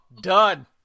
done